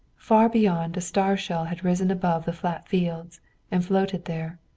far beyond a star shell had risen above the flat fields and floated there,